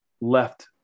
left